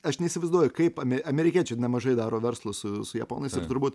aš neįsivaizduoju kaip amerikiečių nemažai daro verslą su japonais ir turbūt